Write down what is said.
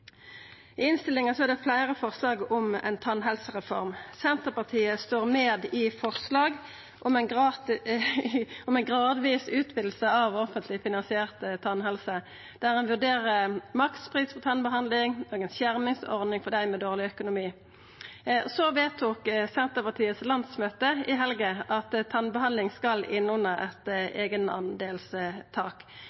I innstillinga er det fleire forslag om ei tannhelsereform. Senterpartiet er med på forslag om ei gradvis utviding av offentleg finansiert tannhelse, der ein vurderer makspris for tannbehandling og lagar ei skjermingsordning for dei med dårleg økonomi. Senterpartiets landsmøte vedtok i helga at tannbehandling skal inn under eit